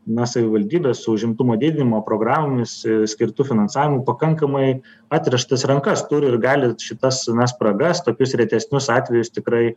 na savivaldybė su užimtumo didinimo programomis skirtu finansavimu pakankamai atrištas rankas turi ir gali šitas na spragas tokius retesnius atvejus tikrai